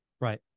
right